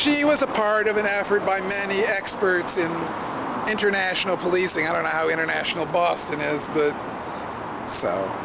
she was a part of an effort by many experts in international policing i don't know how international boston is